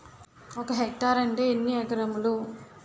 ఒక హెక్టార్ అంటే ఎన్ని ఏకరములు?